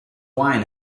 wine